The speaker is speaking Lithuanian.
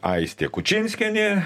aistė kučinskienė